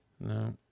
No